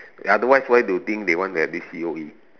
otherwise why do you think they want to have this C_O_E